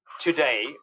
today